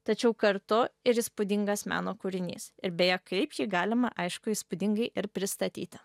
tačiau kartu ir įspūdingas meno kūrinys ir beje kaip jį galima aišku įspūdingai ir pristatyti